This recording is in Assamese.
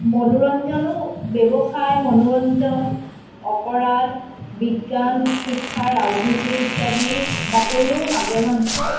মনোৰঞ্জনো ব্যৱসায় মনোৰঞ্জন অপৰাধ বিজ্ঞান শিক্ষা ৰাজনীতি ইত্যাদি বাতৰিও মাজে মধ্যে